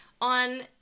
on